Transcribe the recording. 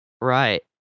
Right